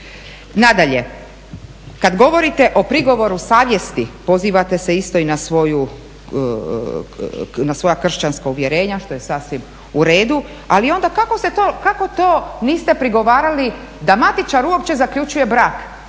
Nadalje, kada govorite o prigovoru savjesti pozivate se isto i na svoja kršćanska uvjerenja, što je sasvim uredu, ali onda kako to niste prigovarali da matičar uopće zaključuje brak